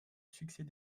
succès